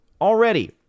already